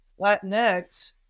Latinx